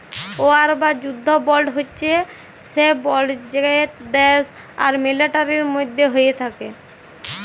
war বা যুদ্ধ বল্ড হছে সে বল্ড যেট দ্যাশ আর মিলিটারির মধ্যে হ্যয়ে থ্যাকে